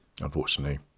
unfortunately